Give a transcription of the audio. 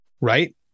right